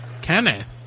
Kenneth